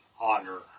honor